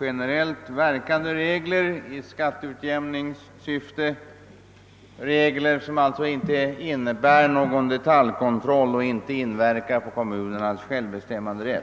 generellt verkande regler i skatteutjämningssyfte — regler som alltså inte innebär någon detaljkontroll och inte inverkar på kommunernas självbestämmanderätt.